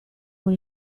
con